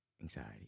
anxiety